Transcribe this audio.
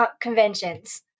conventions